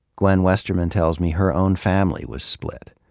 gwen westerman tells me her own family was split.